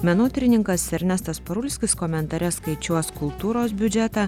menotyrininkas ernestas parulskis komentare skaičiuos kultūros biudžetą